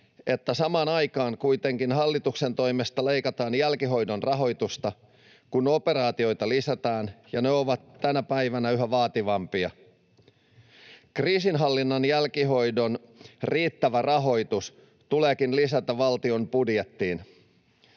että samaan aikaan kuitenkin hallituksen toimesta leikataan jälkihoidon rahoitusta, kun operaatioita lisätään ja ne ovat tänä päivänä yhä vaativampia. Kriisinhallinnan jälkihoidon riittävä rahoitus tuleekin lisätä valtion budjettiin.